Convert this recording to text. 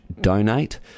donate